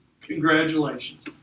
Congratulations